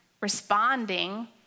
responding